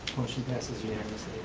motion passes unanimously.